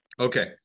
Okay